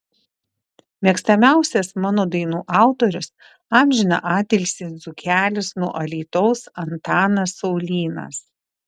mėgstamiausias mano dainų autorius amžiną atilsį dzūkelis nuo alytaus antanas saulynas